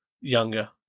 younger